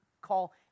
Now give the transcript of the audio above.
call